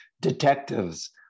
detectives